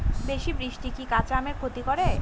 বেশি বৃষ্টি কি কাঁচা আমের ক্ষতি করে?